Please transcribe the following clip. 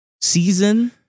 season